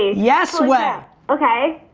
yes way. okay.